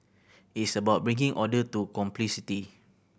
it's about bringing order to complexity